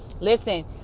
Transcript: listen